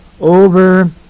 over